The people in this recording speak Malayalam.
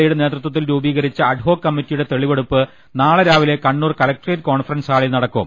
എയുടെ നേതൃത്വത്തിൽ രൂപീകരിച്ച അഡ്ഹോക് കമ്മിറ്റിയുടെ തെളിവെടുപ്പ് നാള്ളെ രാവി ലെ കണ്ണൂർ കലക്ടറേറ്റ് കോൺഫറൻസ് ഹാളിൽ നടക്കും